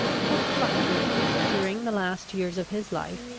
had fluctuated, during the last years of his life,